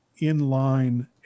inline